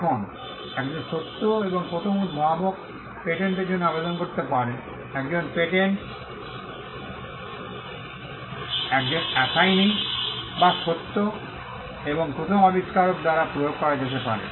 এখন একজন সত্য এবং প্রথম উদ্ভাবক পেটেন্টের জন্য আবেদন করতে পারেন একজন পেটেন্ট একজন অ্যাসিনি বা সত্য এবং প্রথম আবিষ্কারক দ্বারা প্রয়োগ করা যেতে পারে